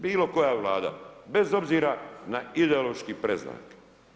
Bilo koja Vlada, bez obzira na ideološki predznak.